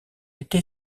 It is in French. été